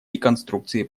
реконструкции